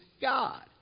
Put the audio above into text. God